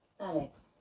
Alex